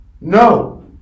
no